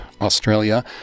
Australia